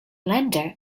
lender